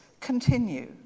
continue